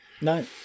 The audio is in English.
no